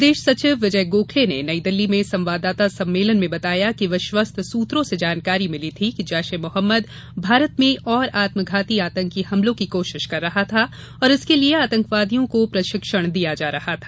विदेश सचिव विजय गोखले ने नई दिल्ली में संवाददाता सम्मेलन में बताया कि विश्वस्त सुत्रों से जानकारी मिली थी कि जैश ए मोहम्मद भारत में और आत्मघाती आतंकी हमलों की कोशिश कर रहा था और इसके लिए आतंकवादियों को प्रशिक्षण दिया जा रहा था